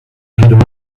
had